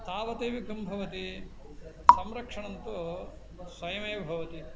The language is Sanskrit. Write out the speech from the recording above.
तावदेव किं भवति संरक्षणं तु स्वयमेव भवति